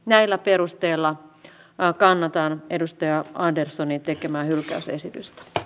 näillä perusteilla kannatan edustaja anderssonin tekemää hylkäysesitystä